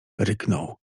ryknął